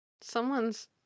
someone's